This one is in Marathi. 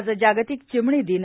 आज जागतिक चिमणी दिन